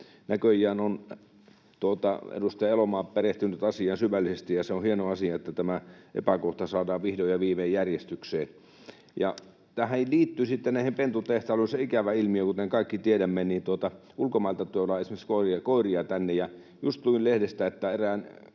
Näköjään on edustaja Elomaa perehtynyt asiaan syvällisesti, ja se on hieno asia, että tämä epäkohta saadaan vihdoin ja viimein järjestykseen. Tähän pentutehtailuun liittyy sitten se ikävä ilmiö, kuten kaikki tiedämme, että ulkomailta tuodaan esimerkiksi koiria tänne, ja just luin lehdestä, että eräälle